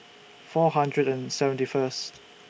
four hundred and seventy First